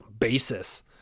Basis